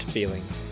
Feelings